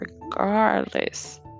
regardless